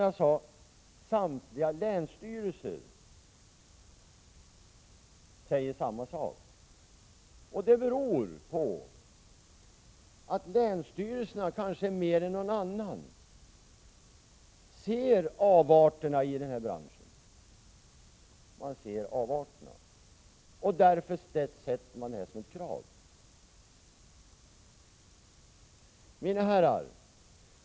Även samtliga länsstyrelser instämmer i detta, som jag sade. Det beror på att länsstyrelserna kanske mer än någon annan ser avarterna inom branschen. Därför sätter man upp detta som ett krav.